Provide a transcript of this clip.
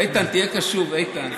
איתן, תהיה קשוב, איתן.